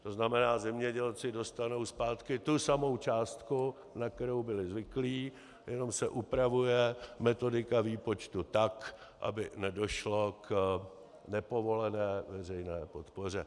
To znamená, zemědělci dostanou zpátky tu samou částku, na kterou byli zvyklí, jen se upravuje metodika výpočtu tak, aby nedošlo k nepovolené veřejné podpoře.